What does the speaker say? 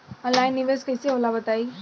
Online निवेस कइसे होला बताईं?